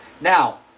Now